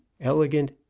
elegant